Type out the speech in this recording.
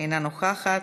אינה נוכחת,